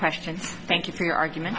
question thank you for your argument